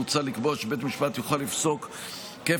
מוצע לקבוע שבית המשפט יוכל לפסוק כפל